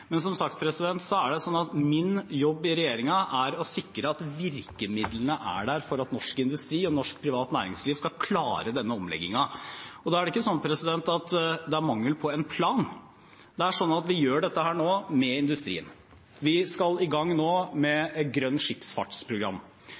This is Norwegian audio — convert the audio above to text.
Men som sagt, er det sånn at min jobb i regjeringen er å sikre at virkemidlene er der for at norsk industri og norsk privat næringsliv skal klare denne omleggingen. Da er det ikke sånn at det er mangel på en plan, det er sånn at vi gjør dette nå med industrien. Vi skal nå i gang med Grønt Kystfartsprogram. I andre departementer jobber man sammen med